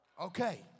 Okay